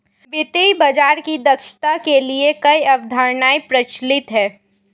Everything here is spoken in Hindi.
वित्तीय बाजार की दक्षता के लिए कई अवधारणाएं प्रचलित है